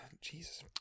Jesus